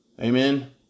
Amen